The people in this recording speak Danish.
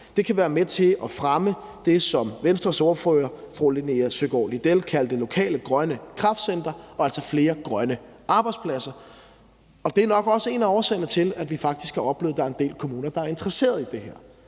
kan være med til at fremme det, som Venstres ordfører, fru Linea Søgaard-Lidell, kaldte lokale grønne kraftcentre – og altså flere grønne arbejdspladser. Og det er nok også en af årsagerne til, at vi har faktisk har oplevet, at der er en del kommuner, der er interesserede i det her,